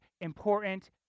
important